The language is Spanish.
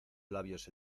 labios